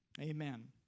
Amen